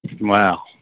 wow